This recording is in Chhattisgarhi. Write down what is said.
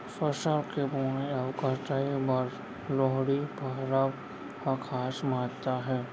फसल के बोवई अउ कटई बर लोहड़ी परब ह खास महत्ता हे